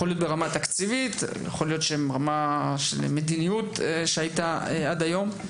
יכול להיות שזה קשור בתקציבים או במדיניות שהייתה עד היום.